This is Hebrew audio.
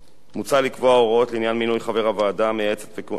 מוצע לקבוע הוראות לעניין מינוי חברי הוועדה המייעצת וכהונתם,